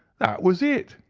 that was it,